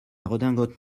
redingote